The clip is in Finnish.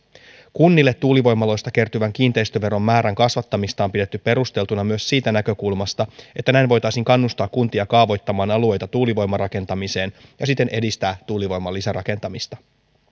kunnille tuulivoimaloista kertyvän kiinteistöveron määrän kasvattamista on pidetty perusteltuna myös siitä näkökulmasta että näin voitaisiin kannustaa kuntia kaavoittamaan alueita tuulivoimarakentamiseen ja siten edistää tuulivoiman lisärakentamista